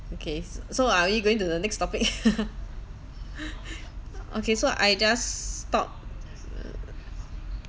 okay s~ so are we going to the next topic okay so I just stop